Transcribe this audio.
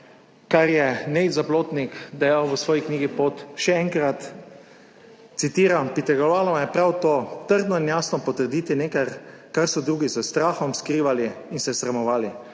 kar je Nejc Zaplotnik dejal v svoji knjigi Pot, še enkrat citiram: »Pritegovalo me je prav to, trdno in jasno potrditi nekaj, kar so drugi s strahom skrivali in se sramovali.«